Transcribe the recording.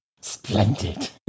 Splendid